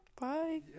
Bye